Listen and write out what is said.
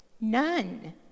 None